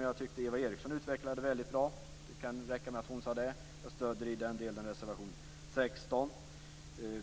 Jag tyckte att Eva Eriksson utvecklade frågan om miljökvalitetsnormer väldigt bra. Det kan räcka med vad hon sade. Jag stöder i den delen reservation 16.